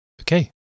okay